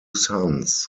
sons